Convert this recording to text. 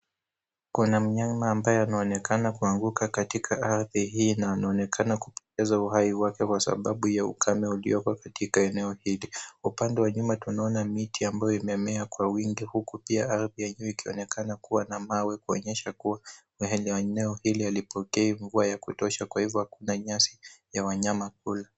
Kuna myama ambaye anaonekana kuanguka katika ardhi hii na anaonekana kupoteza uhai wake kwa sababu ya ukame ulioko katika eneo hili, upande wa nyuma tunaona miti ambayo imemea kwa wingi huku pia ardhi ya juu ikionekana kuwa na mawe kuonyesha kuwa eneo hili halipokei mvua wa kutosha kwa hivyo hakuna nyasi ya wanyama kula.